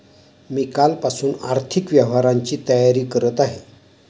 मी कालपासून आर्थिक व्यवहारांची तयारी करत आहे